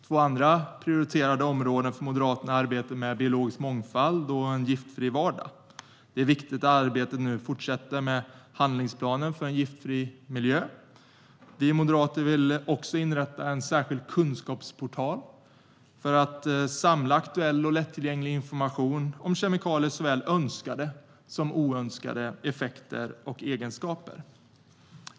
Två andra prioriterade områden för Moderaterna är arbetet för biologisk mångfald och en giftfri vardag. Det är viktigt att arbetet nu fortsätter med handlingsplanen för en giftfri miljö. Vi moderater vill också inrätta en särskild kunskapsportal för att samla aktuell och lättillgänglig information om kemikaliers såväl önskade som oönskade effekter och egenskaper.